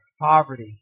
poverty